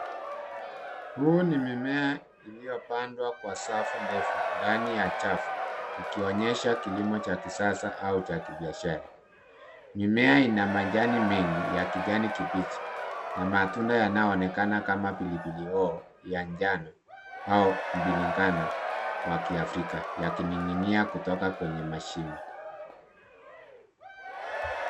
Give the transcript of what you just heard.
Huu ni mimea iliyopandwa kwa safu ndefu ndani ya safu ikionyesha kilimo cha kisasa au kilimo cha kibiashara. Mimea ina majani mengi ya kijani kibichi na matunda yanayoonekana kama pilipili hoho ya njano au biringanya wa kiafrika wakining'inia kutoka kwenye mashina.